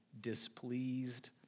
displeased